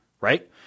Right